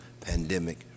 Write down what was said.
pandemic